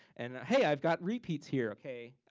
and hey i've got repeats here okay.